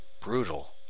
brutal